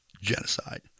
genocide